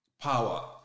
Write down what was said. power